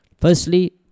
Firstly